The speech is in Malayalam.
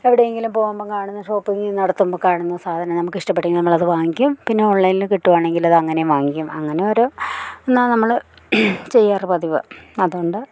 എവിടെയെങ്കിലും പോകുമ്പോൾ കാണുന്ന ഷോപ്പിങ്ങ് നടത്തുമ്പോ കാണുന്ന സാധനം നമുക്കിഷ്ട്ടപ്പെട്ടെങ്കിൽ നമ്മളത് വാങ്ങിക്കും പിന്നെ ഓൺലൈനില് കിട്ടുവാണെങ്കില് അതങ്ങനെ വാങ്ങിക്കും അങ്ങനോരോ എന്നാ നമ്മള് ചെയ്യാറ് പതിവ് അതുകൊണ്ട്